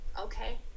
okay